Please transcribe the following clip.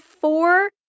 four